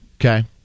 Okay